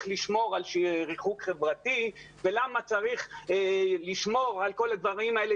לשמור על ריחוק חברתי ולמה צריך לשמור על כל הדברים האלה.